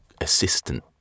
assistant